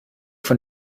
von